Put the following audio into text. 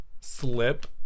Slip